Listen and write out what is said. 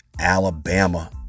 Alabama